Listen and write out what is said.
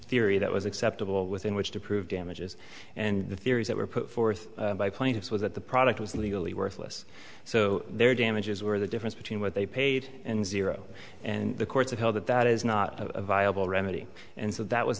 theory that was acceptable within which to prove damages and the theories that were put forth by plaintiffs was that the product was legally worthless so their damages were the difference between what they paid and zero and the courts upheld that that is not a viable remedy and so that was